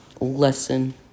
lesson